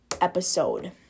episode